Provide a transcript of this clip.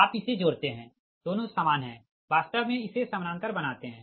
आप इसे जोड़ते है दोनो समान है वास्तव मे इसे समानांतर बनाते है